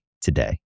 today